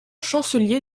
chancelier